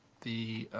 the